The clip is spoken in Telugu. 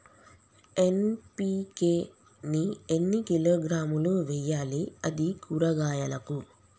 ఎన్.పి.కే ని ఎన్ని కిలోగ్రాములు వెయ్యాలి? అది కూరగాయలకు?